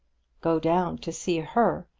go down to see her,